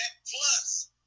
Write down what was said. plus